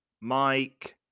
Mike